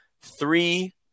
Three